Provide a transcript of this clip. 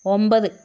ഒമ്പത്